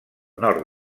nord